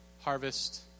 harvest